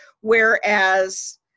Whereas